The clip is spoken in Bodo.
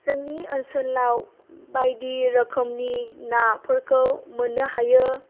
जोंनि ओनसोलाव बायदि रोखोमनि नाफोरखौ मोननो हायो